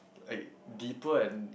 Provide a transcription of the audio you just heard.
like deeper and